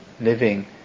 living